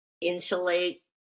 insulate